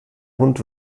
hund